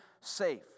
safe